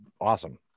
awesome